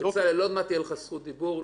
אם צריך להקריא, אקרא.